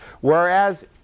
whereas